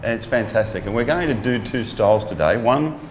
that's fantastic and we're going to do two style today. one,